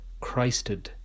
Christed